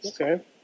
Okay